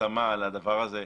חותמה לדבר הזה.